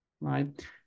right